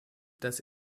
das